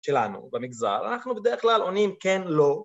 שלנו במגזר, אנחנו בדרך כלל עונים כן-לא